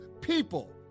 people